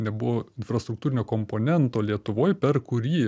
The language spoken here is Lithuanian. nebuvo infrastruktūrinio komponento lietuvoj per kurį